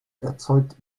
erzeugt